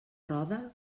roda